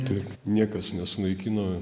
taip niekas nesunaikino